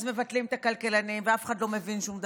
אז מבטלים את הכלכלנים ואף אחד לא מבין שום דבר,